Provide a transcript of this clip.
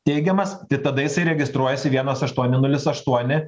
teigiamas tai tada jisai registruojasi vienas aštuoni nulis aštuoni